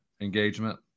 engagement